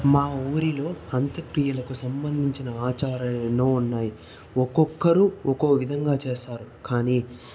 మా ఊరిలో అంత్యక్రియలకు సంబంధించిన ఆచారాలు ఎన్నో ఉన్నాయి ఒక్కొక్కరు ఒక్కో విధంగా చేస్తారు కానీ